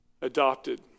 adopted